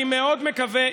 אני מאוד מקווה,